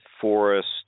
forest